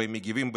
והם מגיבים בהתאם.